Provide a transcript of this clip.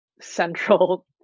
central